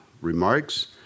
remarks